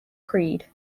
creed